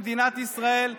במדינת ישראל,